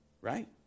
right